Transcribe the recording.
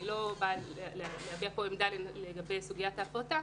אני לא באה להביע כאן עמדה לגבי סוגיית ההפרטה,